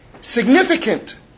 significant